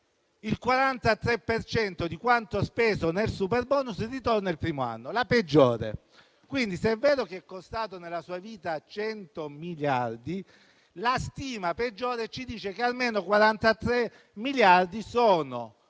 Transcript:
cento di quanto speso nel superbonus ritorna il primo anno (questa è la stima peggiore). Quindi, se è vero che è costato nella sua vita 100 miliardi, la stima peggiore ci dice che almeno 43 miliardi sono